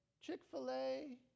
Chick-fil-A